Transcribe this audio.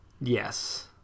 Yes